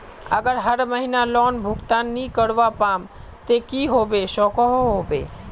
अगर हर महीना लोन भुगतान नी करवा पाम ते की होबे सकोहो होबे?